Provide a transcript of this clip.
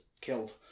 killed